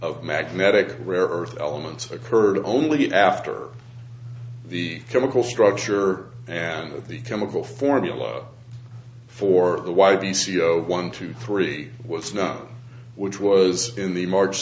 of magnetic rare earth elements occurred only after the chemical structure and that the chemical formula for the y the c e o one two three what's not which was in the march